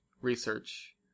research